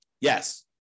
Yes